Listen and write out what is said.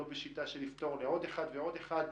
לא בשיטה של לפתור לעוד אחד ולעוד אחד,